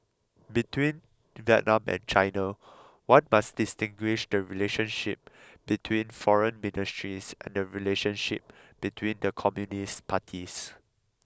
between Vietnam and China one must distinguish the relationship between foreign ministries and the relationship between the communist parties